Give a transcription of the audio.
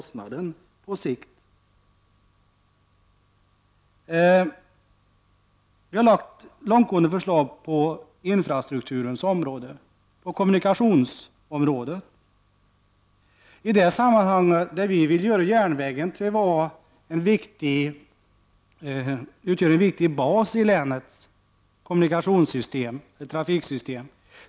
Vidare har vi lagt fram långtgående förslag på infrastrukturens område och på kommunikationsområdet. Vi vill att järnvägen skall kunna utgöra en viktig bas för länets trafiksystem.